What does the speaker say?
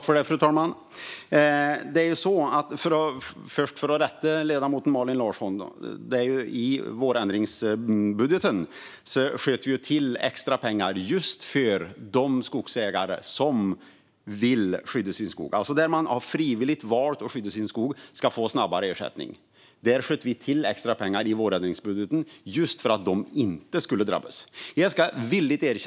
Fru talman! Låt mig först rätta ledamoten Malin Larsson. I vårändringsbudgeten sköt vi till extra pengar just till de skogsägare som vill skydda sin skog. Den som frivilligt skyddar sin skog ska snabbare få ersättning. Vi sköt till extra pengar i vårändringsbudgeten just för att de inte skulle drabbas.